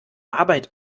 arbeit